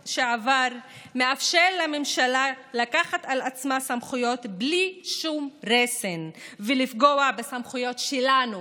מאפשר לממשלה לקחת לעצמה סמכויות בלי שום רסן ולפגוע בסמכויות שלנו,